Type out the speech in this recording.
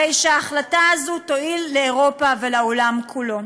הרי שההחלטה הזאת תועיל לאירופה ולעולם כולו.